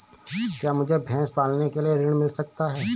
क्या मुझे भैंस पालने के लिए ऋण मिल सकता है?